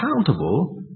accountable